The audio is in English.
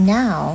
now